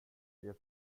det